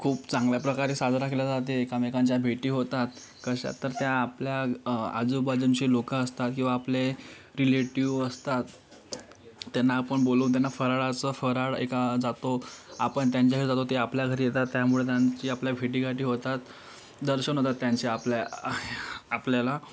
खूप चांगल्या प्रकारे साजरा केला जातो एकमेकांच्या भेटी होतात कशा तर त्या आपल्या आजूबाजूची लोकं असतात किंवा आपले रिलेटिव्ह असतात त्यांना आपण बोलावून त्यांना फराळाचं फराळ एका जातो आपण त्यांच्या घरी जातो ते आपल्या घरी येतात त्यामुळे त्यांची आपल्या भेटीगाठी होतात दर्शन होतात त्यांचे आपल्या आपल्याला